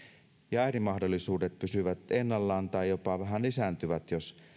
ja äidin mahdollisuudet pysyvät ennallaan tai jopa vähän lisääntyvät jos